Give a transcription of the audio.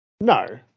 No